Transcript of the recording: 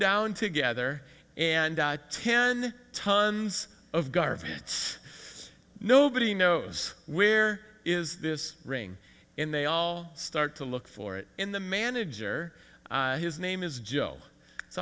down together and ten sons of garvin it's nobody knows where is this ring and they all start to look for it in the manager his name is joe it's